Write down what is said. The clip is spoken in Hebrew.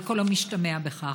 על כל המשתמע מכך.